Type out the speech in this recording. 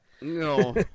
No